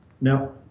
Now